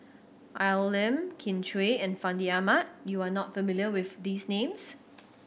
Al Lim Kin Chui and Fandi Ahmad you are not familiar with these names